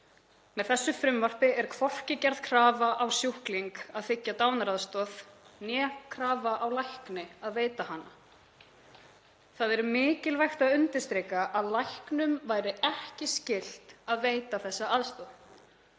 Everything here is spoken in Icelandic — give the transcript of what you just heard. Með þessu frumvarpi er hvorki gerð krafa á sjúkling um að þiggja dánaraðstoð né krafa á lækni að veita hana. Það er mikilvægt að undirstrika að læknum væri ekki skylt að veita þessa aðstoð.